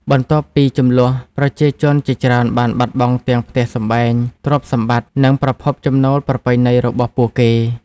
បន្ទាប់ពីជម្លោះ ប្រជាជនជាច្រើនបានបាត់បង់ទាំងផ្ទះសម្បែង ទ្រព្យសម្បត្តិ និងប្រភពចំណូលប្រពៃណីរបស់ពួកគេ។